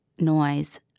noise